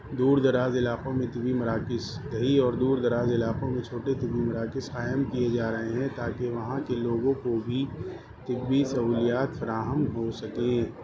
دور دراز علاقوں میں طبی مراکز دیہی اور دور دراز علاقوں میں چھوٹے طبی مراکز قائم کیے جا رہے ہیں تاکہ وہاں کے لوگوں کو بھی طبی سہولیات فراہم ہو سکیں